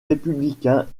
républicains